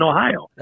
Ohio